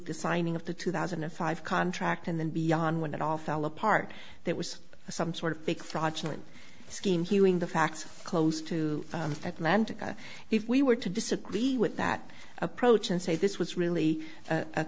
signing of the two thousand and five contract and then beyond when it all fell apart there was some sort of fake fraudulent scheme hewing the fact close to atlanta if we were to disagree with that approach and say this was really